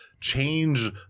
Change